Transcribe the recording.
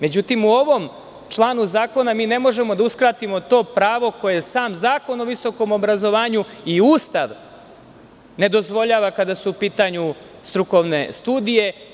Međutim, u ovom članu zakona ne možemo da uskratimo to pravo koje je sam Zakon o visokom obrazovanju i Ustav ne dozvoljava, kada su u pitanju strukovne studije.